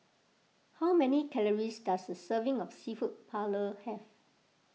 how many calories does a serving of Seafood Paella have